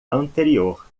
anterior